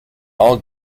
all